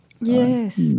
Yes